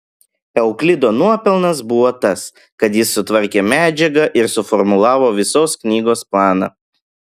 euklido nuopelnas buvo tas kad jis sutvarkė medžiagą ir suformulavo visos knygos planą